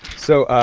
so